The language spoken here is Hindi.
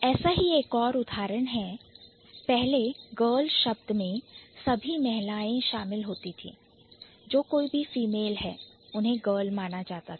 ऐसा ही एक और उदाहरण है पहले Girl शब्द में सभी महिलाएं शामिल थी जो कोई भी Female फीमेल है उन्हें Girl माना जाता था